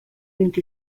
vint